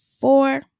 four